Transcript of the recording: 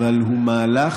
אבל הוא מהלך